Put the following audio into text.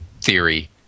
theory